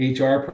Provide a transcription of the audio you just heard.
HR